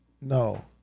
No